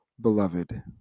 beloved